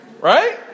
right